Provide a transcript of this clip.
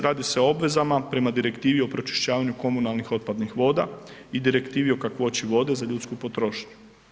Radi se o obvezama prema Direktivi o pročišćavanju komunalnih otpadnih voda i Direktivi o kakvoći vode za ljudsku potrošnju.